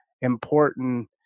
important